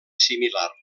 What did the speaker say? similar